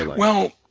well,